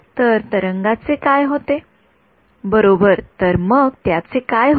विद्यार्थीः बरोबर तर मग त्याचे काय होईल